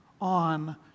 on